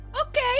okay